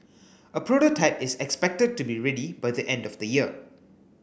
a prototype is expected to be ready by the end of the year